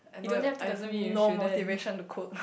I no I have no motivation to cook